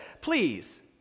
Please